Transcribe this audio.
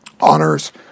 honors